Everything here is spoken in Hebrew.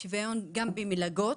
ושוויון גם במלגות.